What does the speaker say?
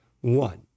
One